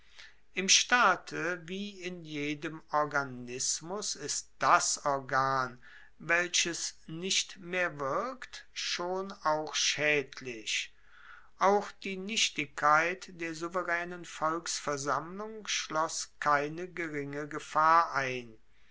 im staate wie in jedem organismus ist das organ welches nicht mehr wirkt schon auch schaedlich auch die nichtigkeit der souveraenen volksversammlung schloss keine geringe gefahr ein